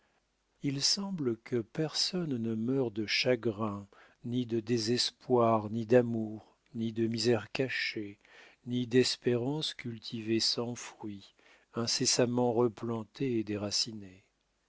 il semble que personne ne meure de chagrin ni de désespoir ni d'amour ni de misères cachées ni d'espérances cultivées sans fruit incessamment replantées et déracinées